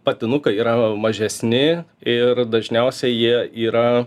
patinukai yra mažesni ir dažniausiai jie yra